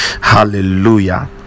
hallelujah